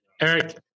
Eric